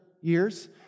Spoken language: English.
years